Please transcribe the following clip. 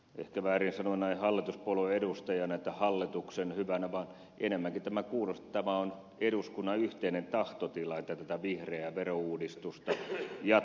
ehkä väärin sanoa näin hallituspuoleen edustajana että hallituksen hyvä linjaus vaan enemmänkin tämä kuulostaa eduskunnan yhteiseltä tahtotilalta että tätä vihreää verouudistusta jatketaan